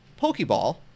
Pokeball